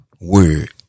word